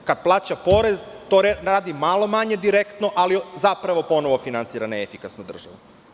Kada plaća porez, to radi malo manje direktno, ali ponovo finansira neefikasnu državu.